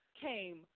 came